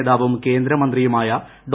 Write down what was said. നേതാവും കേന്ദ്രമന്ത്രിയുമായ ഡോ